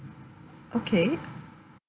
okay